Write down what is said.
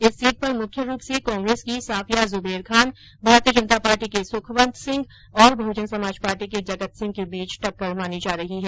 इस सीट पर मुख्य रूप से कांग्रेस की साफिया जुबेर खान भारतीय जनता पार्टी के सुखवन्त सिंह और बहुजन समाज पार्टी के जगतसिंह के बीच टक्कर मानी जा रही है